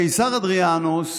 הקיסר אדריאנוס